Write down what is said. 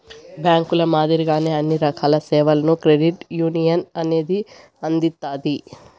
బ్యాంకుల మాదిరిగానే అన్ని రకాల సేవలను క్రెడిట్ యునియన్ అనేది అందిత్తాది